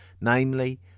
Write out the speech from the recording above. namely